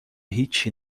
هیچی